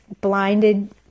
blinded